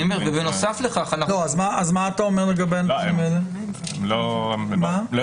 שהיום יש לקונה אדירה בחוק היום אם עובר אורח נתן